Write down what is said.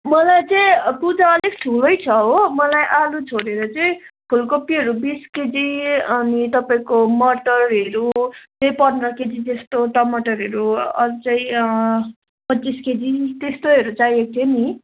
मलाई चाहिँ पूजा अलिक ठुलै छ हो मलाई आलु छोडेर चाहिँ फुलकोपीहरू बिस केजी अनि तपाईँको मटरहरू त्यही पन्ध्र केजी जस्तो टमटरहरू अझै पच्चिस केजी त्यस्तैहरू चाहिएको थियो नि